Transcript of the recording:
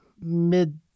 mid